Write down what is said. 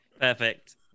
perfect